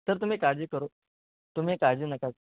sir तुम्ही काळजी करू तुम्ही काळजी नका